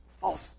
false